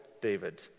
David